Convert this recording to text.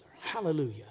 Hallelujah